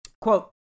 Quote